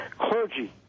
clergy